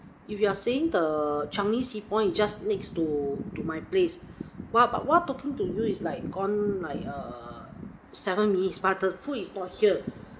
if you are saying the changi city point just next to to my place what but what I'm talking to you is like gone like err seven minute but the foods is not here